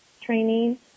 training